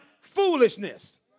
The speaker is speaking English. foolishness